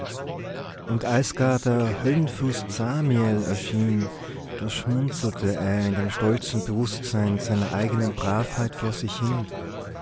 und als gar der höllenfürst samiel erschien da schmunzelte er in dem stolzen bewußtsein seiner eigenen bravheit vor sich hin